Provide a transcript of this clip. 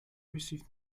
received